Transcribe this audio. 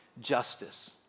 JUSTICE